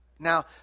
Now